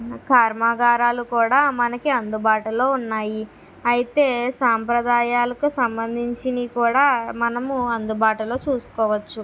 కర్మాగారాలు కూడా మనకి అందుబాటులో ఉన్నాయి అయితే సాంప్రదాయాలకు సంబంధించినవి కూడా మనము అందుబాటులో చూసుకోవచ్చు